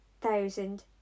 thousand